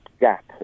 gap